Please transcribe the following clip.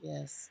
Yes